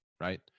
right